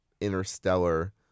Interstellar